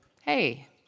Hey